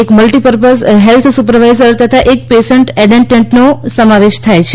એક multi purpose health supervisor તથા એક પેસન્ટ એટેન્ડટનો સમાવેશ થાય છે